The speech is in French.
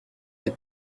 des